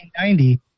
1990